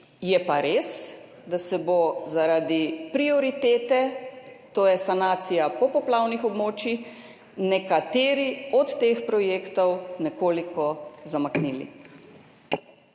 Je pa res, da se bodo zaradi prioritete, to je sanacija popoplavnih območij, nekateri od teh projektov nekoliko zamaknili.